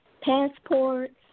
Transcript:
passports